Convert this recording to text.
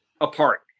apart